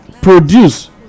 produce